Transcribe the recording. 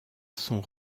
sont